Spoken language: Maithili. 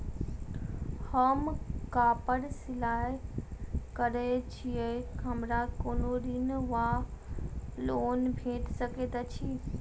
हम कापड़ सिलाई करै छीयै हमरा कोनो ऋण वा लोन भेट सकैत अछि?